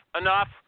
Enough